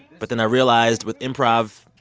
but then i realized, with improv,